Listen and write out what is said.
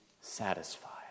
satisfied